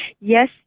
yes